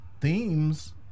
themes